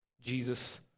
Jesus